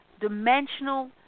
dimensional